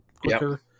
quicker